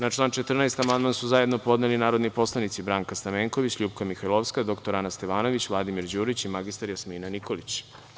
Na član 14. amandman su zajedno podneli narodni poslanici Branka Stamenković, LJupka Mihajlovska, dr Ana Stevanović, Vladimir Đurić i mr Jasmina Nikolić.